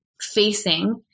facing